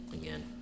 again